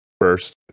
first